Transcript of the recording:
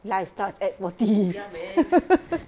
life starts at forty